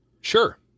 sure